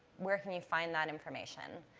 where can you find that information?